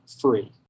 free